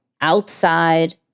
outside